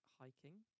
hiking